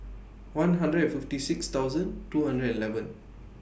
one hundred and fifty six thousand two hundred and eleven